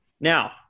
Now